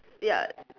ya